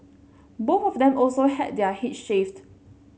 both of them also had their heads shaved